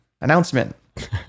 Announcement